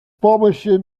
помощью